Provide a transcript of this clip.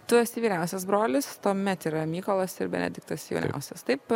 tu esi vyriausias brolis tuomet yra mykolas ir benediktas jauniausias taip